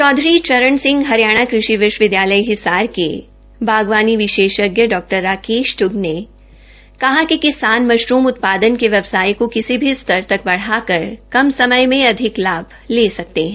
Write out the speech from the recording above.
चौधरी चरण सिंह हरियाणा कृषि विश्वविदयालय हिसार के बागवानी विशेषज्ञ डा राकेश चूघ ने कहा है कि किसान मशरूम उत्पादन के व्यवसाय को किसी भी स्तर तक बढ़ाकर कम समय में अधिक लाभ ले सकते है